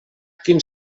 quins